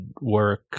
work